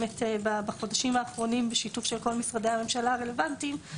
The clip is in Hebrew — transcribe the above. בחודשים האחרונים בשיתוף כל משרדי הממשלה הרלוונטיים.